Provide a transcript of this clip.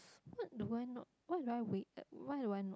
what do I not why do I wait at why do I